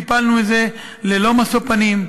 טיפלנו בזה ללא משוא פנים,